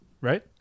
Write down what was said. Right